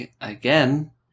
again